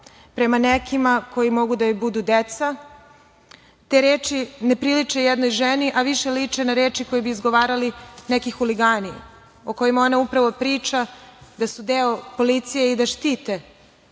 prema nekima koji mogu da joj budu deca, te reči ne priliče jednoj ženi, a više liče na reči koje bi izgovarali neki huligani, o kojima ona upravo priča da su deo policije i da štite